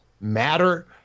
matter